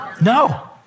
No